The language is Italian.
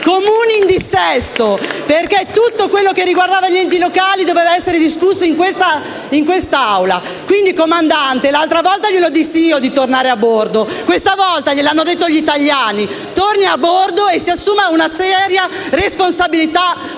Comuni in dissesto, perché tutto quello che riguardava gli enti locali doveva essere discusso in quest'Assemblea. *(Applausi dal Gruppo M5S)*. Quindi, Comandante, l'altra volta fui io a dirle di tornare a bordo, questa volta gliel'hanno detto gli italiani: torni a bordo e si assuma una seria responsabilità